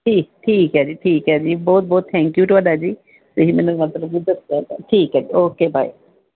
ਠੀਕ ਠੀਕ ਹੈ ਜੀ ਠੀਕ ਹੈ ਜੀ ਬਹੁਤ ਬਹੁਤ ਥੈਂਕਿਊ ਤੁਹਾਡਾ ਜੀ ਤੁਸੀਂ ਮੈਨੂੰ ਮਤਲਬ ਦੱਸਿਆ ਠੀਕ ਹੈ ਜੀ ਓਕੇ ਬਾਏ